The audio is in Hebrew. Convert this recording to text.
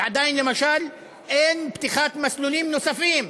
ועדיין למשל אין פתיחת מסלולים נוספים,